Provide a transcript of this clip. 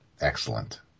excellent